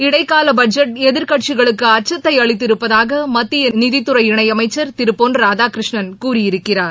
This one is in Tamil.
இடைக்கால பட்ஜெட் எதிர்க்கட்சிகளுக்கு அச்சத்தை அளித்திருப்பதாக மத்திய நிதித்துறை இணையமைச்சர் திரு பொன் ராதாகிருஷ்ணன் கூறியிருக்கிறார்